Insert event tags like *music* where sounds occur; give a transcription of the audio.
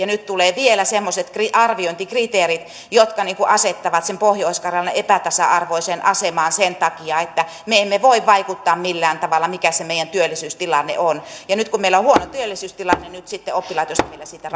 *unintelligible* nyt tulee vielä semmoiset arviointikriteerit jotka asettavat pohjois karjalan epätasa arvoiseen asemaan sen takia että me emme voi vaikuttaa millään tavalla siihen mikä se meidän työllisyystilanne on ja nyt kun meillä on huono työllisyystilanne niin sitten oppilaitosta vielä siitä *unintelligible*